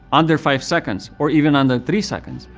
under five seconds, or even under three seconds.